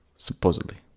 supposedly